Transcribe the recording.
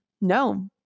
No